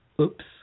oops